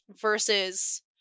versus